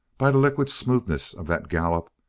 by the liquid smoothness of that gallop,